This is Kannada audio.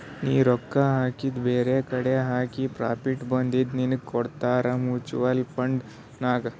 ನೀ ರೊಕ್ಕಾ ಹಾಕಿದು ಬೇರೆಕಡಿ ಹಾಕಿ ಪ್ರಾಫಿಟ್ ಬಂದಿದು ನಿನ್ನುಗ್ ಕೊಡ್ತಾರ ಮೂಚುವಲ್ ಫಂಡ್ ನಾಗ್